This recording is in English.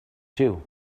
too